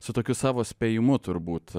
su tokiu savo spėjimu turbūt